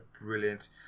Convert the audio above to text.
brilliant